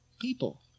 people